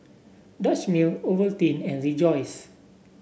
Dutch Mill Ovaltine and Rejoice